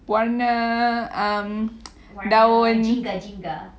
warna um daun